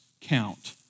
count